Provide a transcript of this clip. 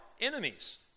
enemies